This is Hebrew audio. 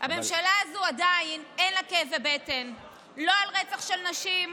הממשלה הזו עדיין אין לה כאבי בטן לא על רצח של נשים,